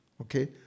okay